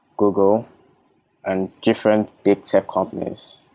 google and different big tech companies.